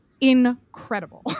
incredible